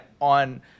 on